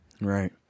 Right